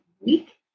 Week